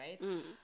right